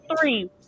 three